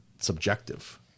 Subjective